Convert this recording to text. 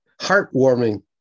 heartwarming